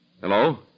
Hello